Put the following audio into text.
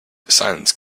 silence